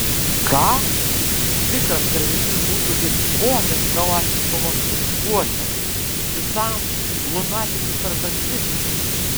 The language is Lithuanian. ką tikras karvedys būtų kaip vožęs kalašnikovo buože šitam lunatikui per dantis